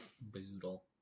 Boodle